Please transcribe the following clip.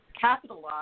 capitalize